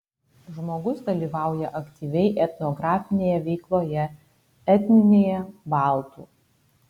žmogus dalyvauja aktyviai etnografinėje veikloje etninėje baltų